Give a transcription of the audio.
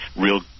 real